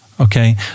Okay